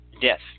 death